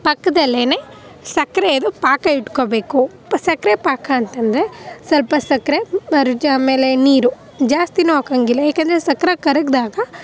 ಪಕ್ಕದಲ್ಲೆನೇ ಸಕ್ಕರೆದು ಪಾಕ ಇಟ್ಕೊಳ್ಬೇಕು ಸಕ್ಕರೆ ಪಾಕ ಅಂತ ಅಂದ್ರೆ ಸ್ವಲ್ಪ ಸಕ್ಕರೆ ರುಚಿ ಆಮೇಲೆ ನೀರು ಜಾಸ್ತಿಯೂ ಹಾಕೋಂಗಿಲ್ಲ ಏಕೆಂದ್ರೆ ಸಕ್ಕರೆ ಕರಗ್ದಾಗ